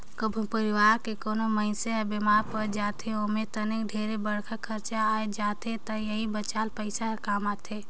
कभो परवार के कोनो मइनसे हर बेमार पर जाथे ओम्हे तनिक ढेरे बड़खा खरचा आये जाथे त एही बचाल पइसा हर काम आथे